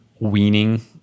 weaning